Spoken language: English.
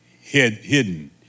hidden